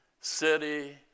city